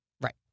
Right